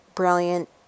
Brilliant